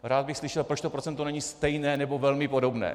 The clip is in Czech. Rád bych slyšel, proč to procento není stejné nebo velmi podobné.